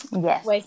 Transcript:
Yes